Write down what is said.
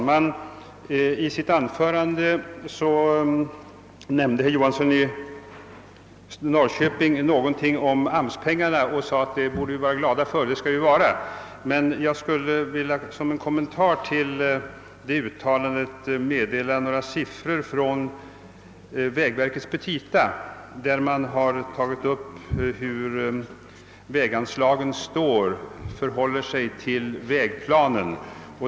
Herr talman! Herr Johansson i Norrköping nämnde bl.a. AMS-pengarna och sade att vi borde vara glada för dem. Ja, det skall vi vara. Men som en kommentar till det uttalandet vill jag här anföra några siffror ur vägverkets petita. Man har där tagit upp hur väganslagen förhåller sig till vägplanen.